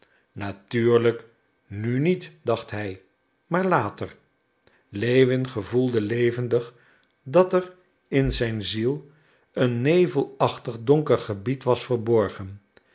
natuurlijk nu niet dacht hij maar later lewin gevoelde levendig dat er in zijn ziel een nevelachtig donker gebied was verborgen